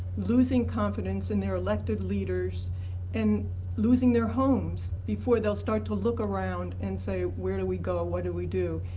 losing confidence in their elected leaders and losing their homes before they'll start to look around and say where do we go? ah what do we do?